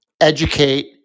educate